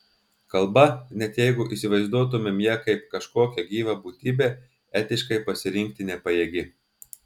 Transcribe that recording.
kalba net jeigu įsivaizduotumėm ją kaip kažkokią gyvą būtybę etiškai pasirinkti nepajėgi